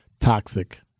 toxic